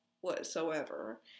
whatsoever